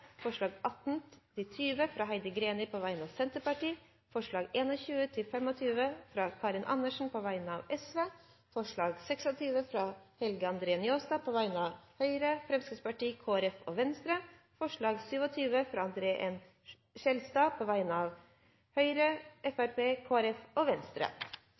forslag nr. 26, fra Helge André Njåstad på vegne av Høyre, Fremskrittspartiet, Kristelig Folkeparti og Venstre forslag nr. 27, fra André N. Skjelstad på vegne av Høyre, Fremskrittspartiet Kristelig Folkeparti og Venstre